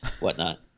whatnot